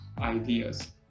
ideas